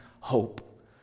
hope